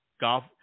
golf